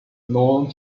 known